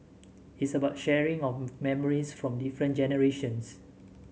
it's about sharing of memories from different generations